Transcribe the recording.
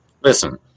Listen